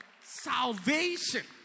Salvation